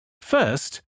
First